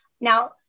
Now